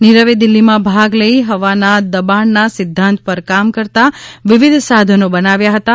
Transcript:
નીરવે દિલ્ઠીમાં ભાગ લઈ હવાના દબાણનાં સિંધ્ધાંત પર કામ કરતાં વિવિધ સાધનો બનાવ્યા હતાં